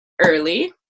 early